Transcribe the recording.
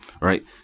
Right